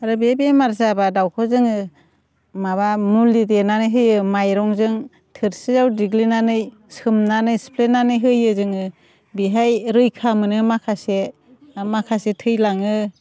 आरो बे बेमार जाब्ला दाउखौ जोङो माबा मुलि देनानै होयो माइरंजों थोरसियाव दिग्लिनानै सोमनानै सिफ्लेनानै होयो जोङो बेहाय रैखा मोनो माखासे माखासे थैलाङो